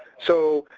so,